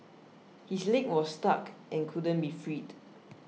his leg was stuck and couldn't be freed